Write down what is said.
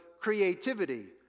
creativity